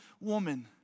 woman